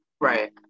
Right